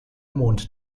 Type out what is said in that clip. mond